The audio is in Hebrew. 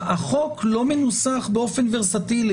החוק לא מנוסח באופן ורסטילי,